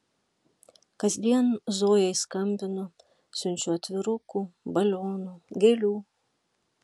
kasdien zojai skambinu siunčiu atvirukų balionų gėlių